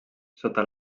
sota